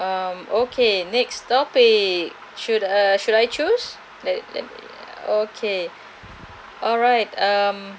um okay next topic should uh should I choose let let me uh okay alright um